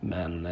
Men